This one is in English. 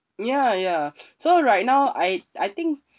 ya ya so right now I I think